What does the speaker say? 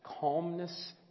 Calmness